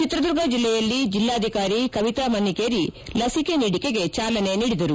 ಚಿತ್ರದುರ್ಗ ಜಿಲ್ಲೆಯಲ್ಲಿ ಜಿಲ್ಲಾಧಿಕಾರಿ ಕವಿತಾ ಮನ್ನಿಕೇರಿ ಲಸಿಕೆ ನೀಡಿಕೆಗೆ ಚಾಲನೆ ನೀಡಿದರು